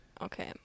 Okay